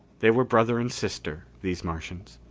they were brother and sister, these martians.